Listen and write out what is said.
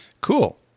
Cool